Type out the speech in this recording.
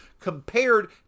compared